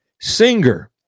singer